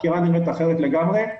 החקירה נראית אחרת לגמרי.